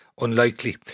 unlikely